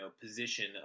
position